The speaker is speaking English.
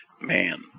man